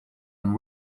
and